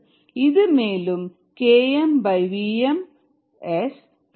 இது மேலும் KmVmS 1Vm என ஆகும்